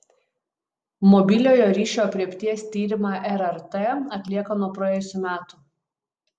mobiliojo ryšio aprėpties tyrimą rrt atlieka nuo praėjusių metų